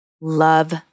Love